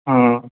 হুম